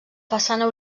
façana